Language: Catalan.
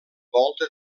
volta